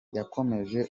yakomeje